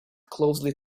closely